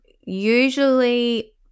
Usually